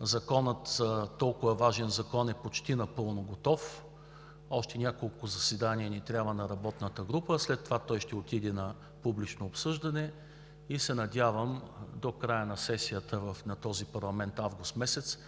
Законът – толкова важен закон, е почти напълно готов. Трябват ни още няколко заседания на работната група. След това той ще отиде на публично обсъждане и се надявам до края на сесията на този парламент – август месец,